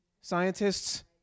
Scientists